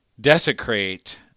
desecrate